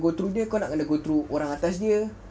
go through dia kau nak kena go through orang atas dia